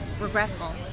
regretful